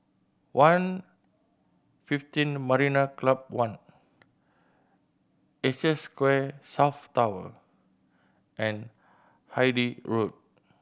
One fifteen Marina Club One Asia Square South Tower and Hythe Road